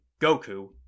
Goku